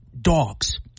dogs